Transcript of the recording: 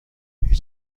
هیچ